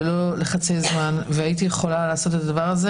לא לחצי זמן והייתי יכולה לעשות את זה,